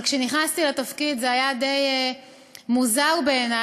כשנכנסתי לתפקיד זה היה די מוזר בעיני